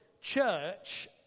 Church